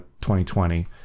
2020